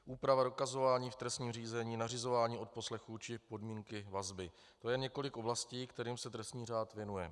Úprava dokazování v trestním řízení, nařizování odposlechů či podmínky vazby, to je několik oblastí, kterým se trestní řád věnuje.